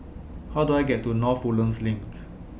How Do I get to North Woodlands LINK